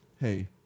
hey